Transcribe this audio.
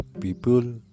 people